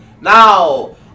Now